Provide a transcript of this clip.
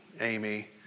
Amy